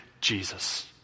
Jesus